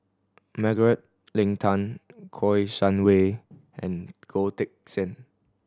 Margaret Leng Tan Kouo Shang Wei and Goh Teck Sian